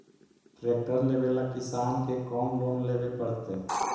Tractor लेवेला किसान के कौन लोन लेवे पड़तई?